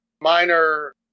minor